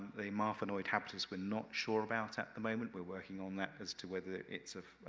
the marfanoid habitus we're not sure about at the moment. we're working on that as to whether it's a